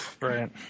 Right